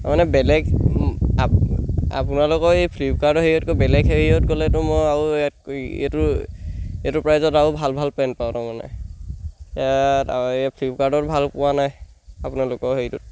মানে বেলেগ আপ আপোনালোকৰ এই ফ্লিপকাৰ্টৰ হেৰিয়তকৈ বেলেগ হেৰিয়ত গ'লেতো মই আৰু ইয়াত এইটো এইটো প্ৰাইজত আৰু ভাল ভাল পেণ্ট পাওঁ তাৰমানে ইয়াত এই ফ্লিপকাৰ্টত ভাল পোৱা নাই আপোনালোকৰ হেৰিটোত